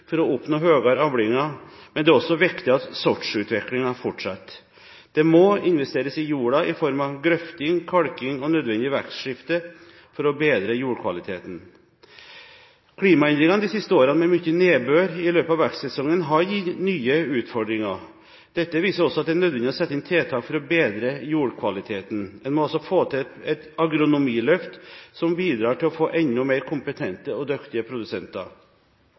for å oppnå høyere avlinger, men det er også viktig at sortsutviklingen fortsetter. Det må investeres i jorda i form av grøfting, kalking og nødvendig vekstskifte for å bedre jordkvaliteten. Klimaendringene de siste årene med mye nedbør i løpet av vekstsesongen har gitt nye utfordringer. Dette viser også at det er nødvendig å sette inn tiltak for å bedre jordkvaliteten. En må altså få til et agronomiløft som bidrar til å få enda mer kompetente og dyktige produsenter.